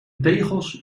tegels